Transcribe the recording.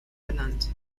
benannt